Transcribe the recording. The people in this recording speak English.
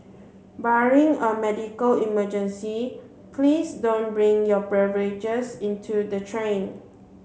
barring a medical emergency please don't bring your beverages into the train